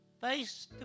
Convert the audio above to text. face